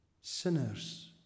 sinners